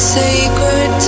sacred